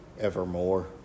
evermore